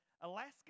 Alaska